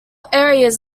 areas